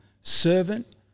servant